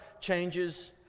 changes